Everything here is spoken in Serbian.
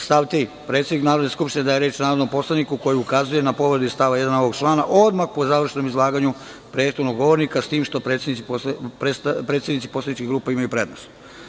Stav 3. – predsednik Narodne skupštine daje reč narodnom poslaniku koji ukazuje na povredu iz stava 1. ovog člana odmah po završenom izlaganju prethodnog govornika, s tim što predsednici poslaničkih grupa imaju prednost.